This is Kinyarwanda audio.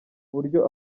buryo